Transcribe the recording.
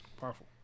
Powerful